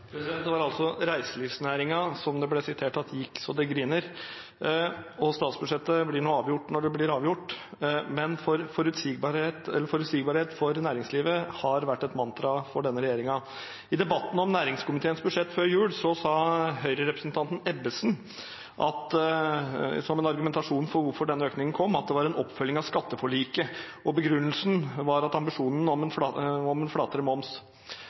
Det var om reiselivsnæringen det ble sitert at går så det griner. Statsbudsjettet blir avgjort når det blir avgjort, men forutsigbarhet for næringslivet har vært et mantra for denne regjeringen. I debatten om næringskomiteens budsjett før jul sa Høyre-representanten Ebbesen – som en argumentasjon for hvorfor denne økningen kom – at det var en oppfølging av skatteforliket. Begrunnelsen var ambisjonen om en flatere moms. For det første foreligger det ingenting om økt moms